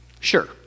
sure